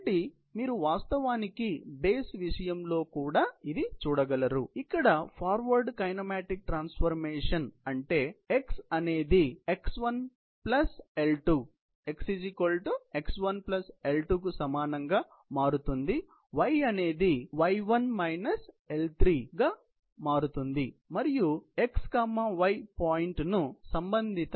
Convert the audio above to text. కాబట్టి మీరు వాస్తవానికి బేస్ విషయంలో కూడా చూడగలరు కానీ ఇక్కడ ఫార్వర్డ్ కైనమాటిక్ ట్రాన్స్ఫర్మేషన్ అంటే x అనేది x1 plus L2 x x 1 L2 కు సమానంగా మారుతుంది మరియు y అనేది y1 minus L3 y y1 L3 మరియు మీరు నిజంగా x y పాయింట్ను సంబంధిత x 1 y 1 తో చదవగలరు